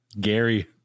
Gary